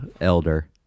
Elder